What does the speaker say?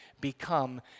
become